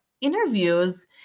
interviews